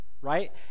right